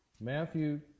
Matthew